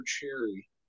cherry